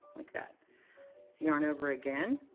like that. it's yarn over again,